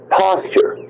posture